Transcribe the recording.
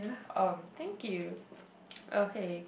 um thank you okay